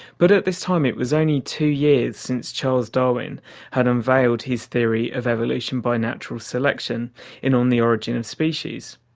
but at this time it was only two years since charles darwin had unveiled his theory of evolution by natural selection in on the origin of species,